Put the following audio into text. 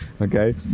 okay